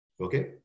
okay